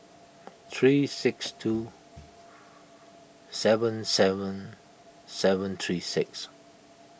three six two seven seven seven three six